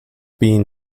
being